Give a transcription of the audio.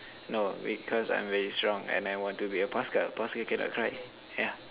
no because I'm very strong and I want to be a paskal paskal cannot cry yeah